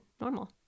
normal